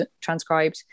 transcribed